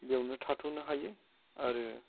बेयावनो थाथ'नो हायो आरो